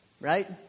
right